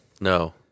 no